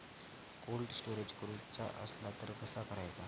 Cold storage करूचा असला तर कसा करायचा?